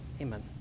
Amen